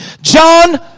John